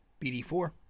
BD4